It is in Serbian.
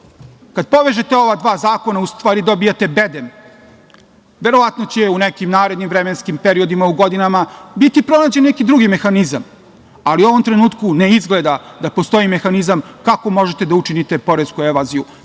povežete ova dva zakona, u stvari, dobijate bedem. Verovatno će u nekim narednim vremenskim periodima, u godinama biti pronađen neki drugi mehanizam, ali u ovom trenutku ne izgleda da postoji mehanizam kako možete da učinite poresku evaziju.